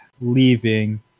leaving